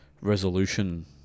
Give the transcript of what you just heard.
resolution